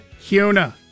Huna